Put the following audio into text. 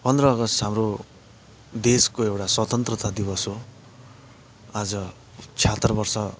पन्ध्र अगस्त हाम्रो देशको एउटा स्वतन्त्रता दिवस हो आज छयहत्तर वर्ष